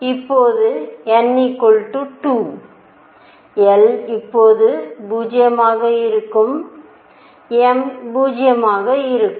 இப்போது n 2 l இப்போது 0 ஆக இருக்கும் m 0 ஆக இருக்கும்